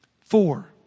four